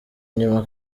inyuma